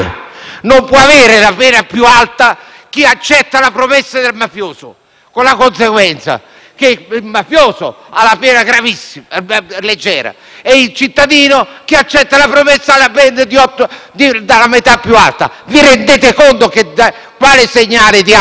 chi accetta la promessa del mafioso, con la conseguenza che il mafioso ha la pena leggera e il cittadino che accetta la promessa ha la pena della metà più alta. Vi rendete conto di quale segnale diamo ai cittadini?